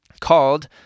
called